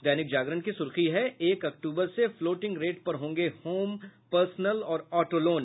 दैनिक जागरण की सुर्खी है एक अक्टूबर से फ्लोटिंग रेट पर होंगे होम पर्सनल और ऑटो लोन